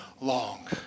long